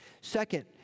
Second